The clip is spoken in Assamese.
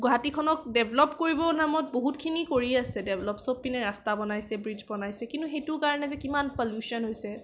গুৱাহাটীখনক ডেভলপ কৰিবৰ নামত বহুতখিনি কৰি আছে ডেভলপ চবপিনে ৰাস্তা বনাইছে ব্ৰিজ বনাইছে কিন্তু সেইটোকাৰণে যে কিমান পল্য়োচন হৈছে